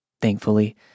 Thankfully